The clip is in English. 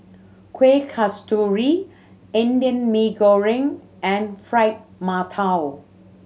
Kueh Kasturi Indian Mee Goreng and Fried Mantou